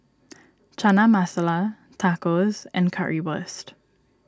Chana Masala Tacos and Currywurst